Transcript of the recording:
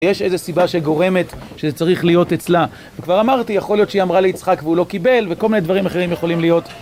יש איזו סיבה שגורמת שזה צריך להיות אצלה. וכבר אמרתי, יכול להיות שהיא אמרה ליצחק והוא לא קיבל, וכל מיני דברים אחרים יכולים להיות.